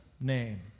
name